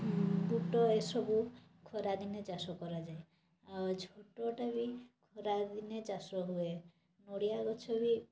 ବୁଟ ଏଇ ସବୁ ଖରା ଦିନେ ଚାଷ କରାଯାଏ ଆଉ ଝୋଟୋଟା ବି ଖରା ଦିନେ ଚାଷ ହୁଏ ନଡ଼ିଆ ଗଛ ବି